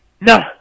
no